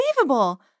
Unbelievable